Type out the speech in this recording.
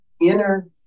inner